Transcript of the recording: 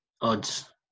odds